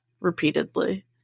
repeatedly